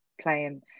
playing